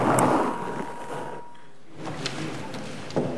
(חברי הכנסת מכבדים בקימה את זכר הנספים ביפן.) נא לשבת.